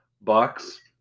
Bucks